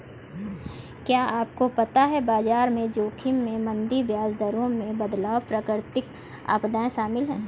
क्या आपको पता है बाजार जोखिम में मंदी, ब्याज दरों में बदलाव, प्राकृतिक आपदाएं शामिल हैं?